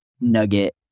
nugget